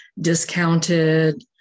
discounted